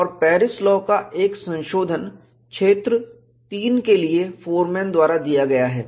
और Paris law का एक संशोधन क्षेत्र 3 के लिए फॉरमैन द्वारा दिया गया है